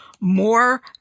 more